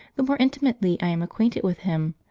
the more intimately i am acquainted with him,